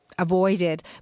avoided